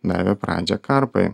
davė pradžią karpai